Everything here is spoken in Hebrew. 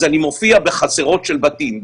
אז אני מופיע בחצרות של בתים,